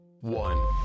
one